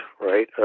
right